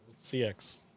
CX